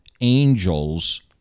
angels